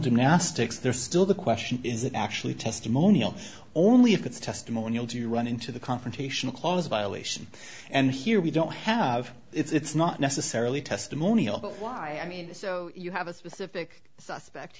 gymnastics there's still the question is it actually testimonial only if it's testimonial do you run into the confrontation clause violation and here we don't have it's not necessarily testimonial but why i mean so you have a specific suspect